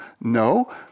No